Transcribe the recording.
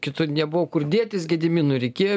kitur nebuvo kur dėtis gediminui reikėjo